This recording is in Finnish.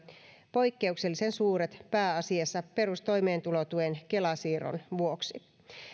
poikkeuksellisen suuret pääasiassa perustoimeentulotuen kela siirron vuoksi